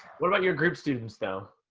what about your group students though?